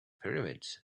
pyramids